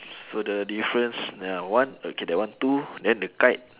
so the difference ya one okay that one two and then the kite